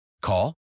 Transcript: Call